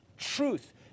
Truth